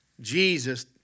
Jesus